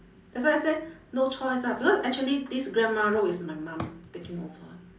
that's why I say no choice ah because actually this grandma role is my mum taking over